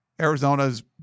Arizona's